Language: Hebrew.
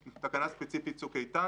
יש תקנה ספציפית ל"צוק איתן",